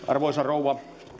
arvoisa rouva